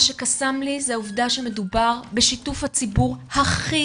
מה שקסם לי זה העובדה שמדובר בשיתוף הציבור הכי